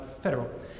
federal